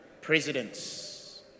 presidents